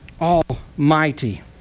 Almighty